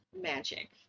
Magic